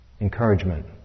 encouragement